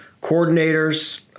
coordinators